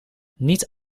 niet